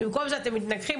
במקום זה אתם מתנגחים,